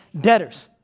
debtors